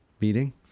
meeting